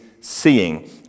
seeing